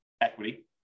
equity